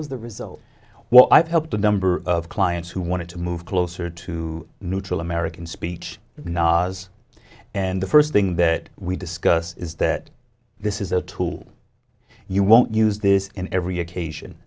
was the result what i've helped a number of clients who wanted to move closer to neutral american speech nas and the first thing that we discussed is that this is a tool you won't use this in every occasion